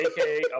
aka